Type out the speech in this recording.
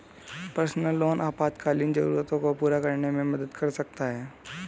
personal loan आपातकालीन जरूरतों को पूरा करने में मदद कर सकता है